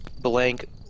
blank –